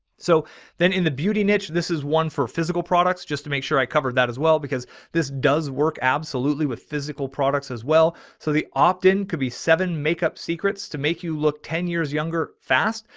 so then in the beauty niche, this is one for physical products, just to make sure i covered that as well, because this does work absolutely. with physical products as well. so the optin could be seven makeup secrets to make you look ten years younger, fast.